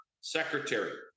secretary